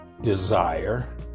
desire